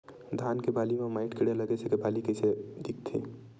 धान के बालि म माईट कीड़ा लगे से बालि कइसे दिखथे?